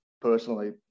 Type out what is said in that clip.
Personally